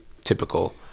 typical